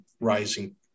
rising